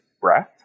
breath